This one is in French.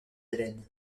haleine